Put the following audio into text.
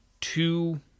two